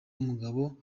n’umugabo